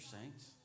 saints